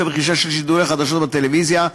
רכישה של שידורי חדשות בטלוויזיה,